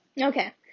Okay